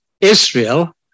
Israel